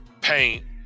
paint